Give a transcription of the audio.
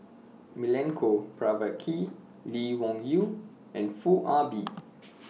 Milenko Prvacki Lee Wung Yew and Foo Ah Bee